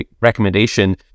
recommendation